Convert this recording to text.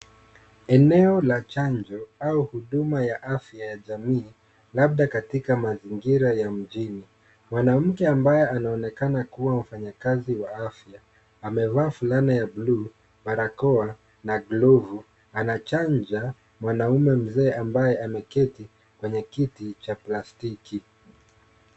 Eneo la chanjo au huduma ya afya ya jamii labda katika mazingira ya mjini. Mwanamke ambaye anaonekana kuwa mfanyikazi wa afya amevaa fulana ya buluu , barakoa na glovu anachanja mwanaume mzee ambaye ameketi kwenye kiti cha plastiki.